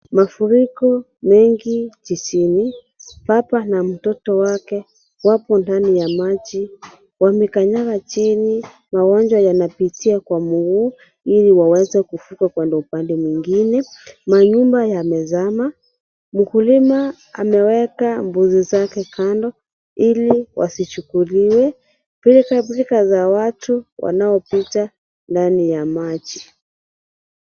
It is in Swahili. Mafuriko mengi jijini, baba na mtoto wake wapo ndani ya maji ,wamekanyaga chini. Magonjwa yanapitia kwa mguu ili waweze kuvuka kwenda upande mwingine. Manyumba yamezama, mkulima ameweka mbuzi zake kando, ili wasichukuliwe. Pilkapilka za watu wanaopita ndani ya maji.